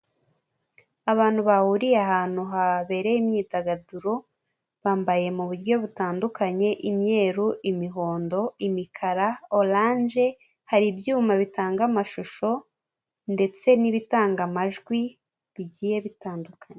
Abantu bahuriye ahantu habereye imyidagaduro bambaye mu buryo butandukanye imyeru, imihondo, imikara, oranje, hari ibyuma bitanga amashusho ndetse n'ibitanga amajwi bigiye bitandukanye.